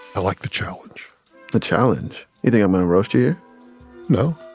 i like the challenge the challenge? you think i'm gonna roast you you know